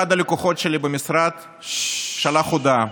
אחד הלקוחות שלי במשרד שלח הודעה.